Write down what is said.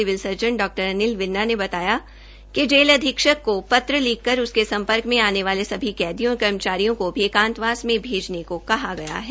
civil surgeon Dr Anil Birla ने कहा है कि जेल अधीक्षक को पत्रलिखकर उसके सम्पर्क में आने वाले सभी कैदियों और कर्मचारियों को भी एंकातवास में भेजने को कहा गया है